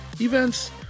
events